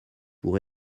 pour